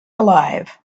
alive